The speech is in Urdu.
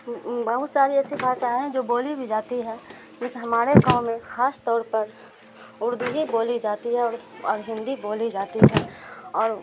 بہت ساری ایسی بھاشائیں ہیں جو بولی بھی جاتی ہے ایک ہمارے گاؤں میں خاص طور پر اردو ہی بولی جاتی ہے اور اور ہندی بولی جاتی ہے اور